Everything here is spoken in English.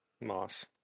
Moss